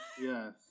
Yes